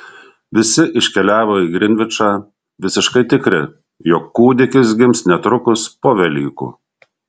visi iškeliavo į grinvičą visiškai tikri jog kūdikis gims netrukus po velykų